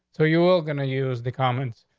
so you will gonna use the comments.